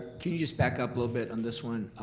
can you just back up a little bit on this one?